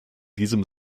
diesem